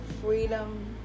freedom